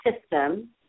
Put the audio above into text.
system